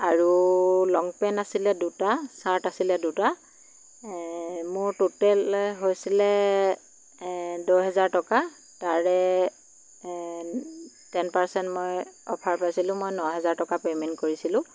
আৰু long pant আছিলে দুটা চাৰ্ট আছিলে দুটা এ মোৰ টুতেল হৈছিলে এ দহ হাজাৰ টকা তাৰে এ টেন পাৰচেণ্ট মই অ'ফাৰ পাইছিলোঁ মই ন হাজাৰ টকা পে'মেণ্ট কৰিছিলোঁ